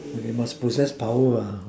but you must possess power ah